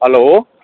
hello